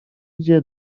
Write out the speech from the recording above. gdzie